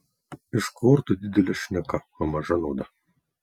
iš kvortų didelė šneka o maža nauda